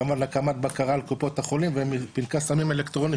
כמובן הקמת בקרה על קופות החולים ועם פנקס סמים אלקטרונים,